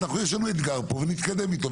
יש לנו אתגר פה ונתקדם איתו.